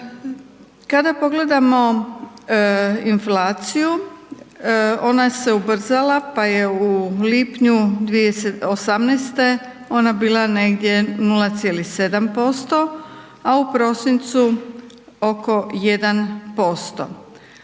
Kada pogledamo inflaciju, ona se ubrzala pa je u lipnju 2018.-te ona bila negdje 0,7%, a u prosincu oko 1%,